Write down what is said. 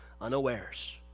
unawares